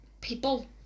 people